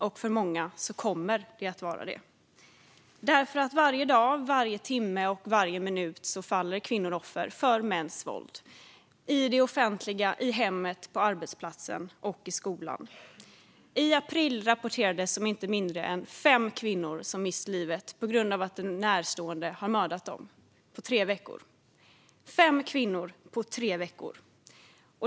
Och för många kommer det också att hända. Varje dag, varje timme och varje minut faller kvinnor offer för mäns våld - i det offentliga rummet, i hemmet, på arbetsplatsen och i skolan. I april rapporterades om att inte mindre än fem kvinnor på tre veckor mördats av en närstående.